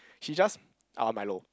she just I want milo